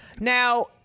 Now